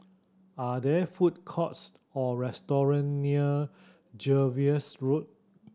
are there food courts or restaurant near Jervois Road